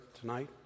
tonight